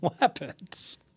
weapons